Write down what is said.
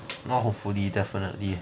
not hopefully definitely